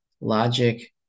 logic